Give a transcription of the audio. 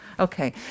Okay